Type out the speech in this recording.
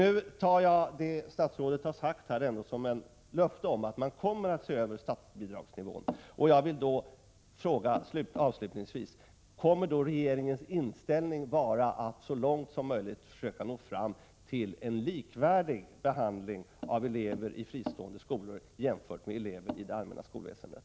Nu tar jag det som statsrådet har sagt som ett löfte att man kommer att se över statsbidragsnivån. Jag vill då avslutningsvis fråga om regeringens inställning kommer att vara att man så långt som möjligt skall försöka nå fram till en likvärdig behandling av elever i fristående skolor och elever i det allmänna skolväsendet.